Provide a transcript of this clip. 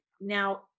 Now